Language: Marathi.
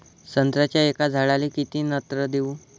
संत्र्याच्या एका झाडाले किती नत्र देऊ?